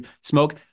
smoke